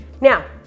Now